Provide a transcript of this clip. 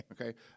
Okay